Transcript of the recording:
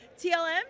TLM